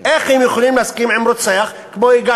איך הם יכולים להסכים עם רוצח כמו יגאל